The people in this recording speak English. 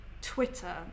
Twitter